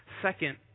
second